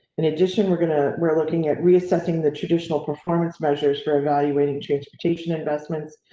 in addition, we're going to we're looking at reassessing the traditional performance measures for evaluating transportation investments,